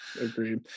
Agreed